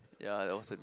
ya it was